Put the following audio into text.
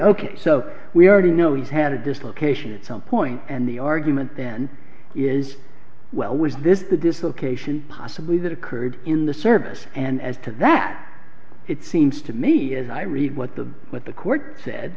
ok so we already know he's had a dislocation at some point and the argument then is well was this the dislocation possibly that occurred in the service and as to that it seems to me as i read what the what the court said